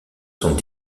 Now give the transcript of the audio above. sont